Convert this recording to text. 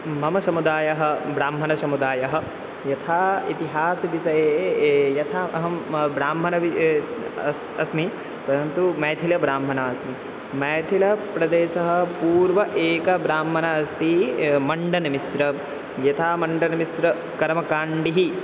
मम समुदायः ब्राह्मणसमुदायः यथा इतिहासविषये ए यथा अहं ब्राह्मणः पि अस् अस्मि परन्तु मैथिलब्राह्मणः अस्मि मैथिलप्रदेशे पूर्वं एकः ब्राह्मणः अस्ति मण्डनमिश्रः यथा मण्डनमिश्रः कर्मकाण्डिः